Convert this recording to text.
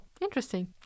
interesting